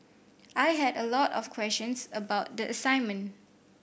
I had a lot of questions about the assignment